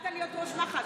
התמודדת להיות ראש מח"ש.